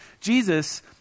Jesus